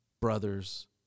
brothers